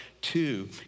two